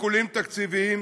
שיקולים תקציביים,